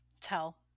tell